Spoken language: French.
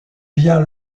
bien